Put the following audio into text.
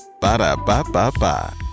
Ba-da-ba-ba-ba